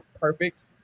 perfect